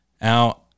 Now